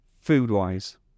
food-wise